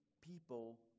people